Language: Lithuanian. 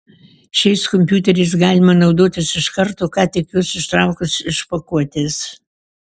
šiais kompiuteriais galima naudotis iš karto ką tik juos ištraukus iš pakuotės